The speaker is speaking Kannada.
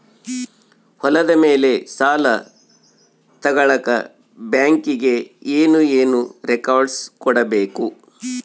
ಹೊಲದ ಮೇಲೆ ಸಾಲ ತಗಳಕ ಬ್ಯಾಂಕಿಗೆ ಏನು ಏನು ರೆಕಾರ್ಡ್ಸ್ ಕೊಡಬೇಕು?